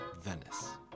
Venice